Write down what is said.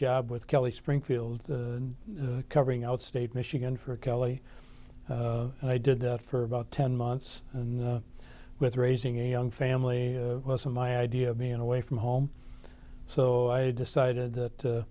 job with kelly springfield covering out state michigan for cali and i did that for about ten months and with raising a young family wasn't my idea of being away from home so i decided